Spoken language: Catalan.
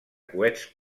coets